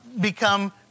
become